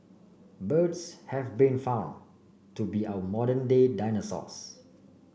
birds have been found to be our modern day dinosaurs